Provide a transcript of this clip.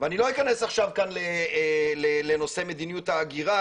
ואני לא אכנס עכשיו כאן לנושא מדיניות ההגירה,